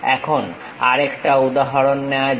এখন আরেকটা উদাহরণ নেওয়া যাক